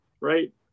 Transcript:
right